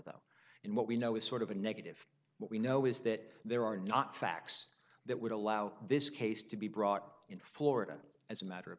though and what we know is sort of a negative what we know is that there are not facts that would allow this case to be brought in florida as a matter of